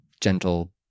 gentle